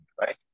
right